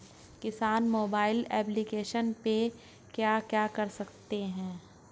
किसान mobile application पे क्या क्या कर सकते हैं?